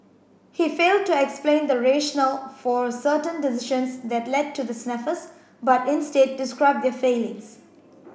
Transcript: he failed to explain the rationale for certain decisions that led to the snafus but instead described their failings